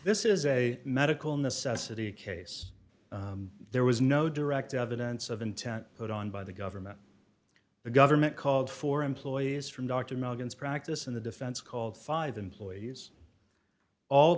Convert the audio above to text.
this is a medical necessity case there was no direct evidence of intent put on by the government the government called for employees from dr milligan's practice in the defense called five employees all